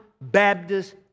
Baptist